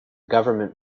government